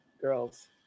girls